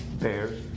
bears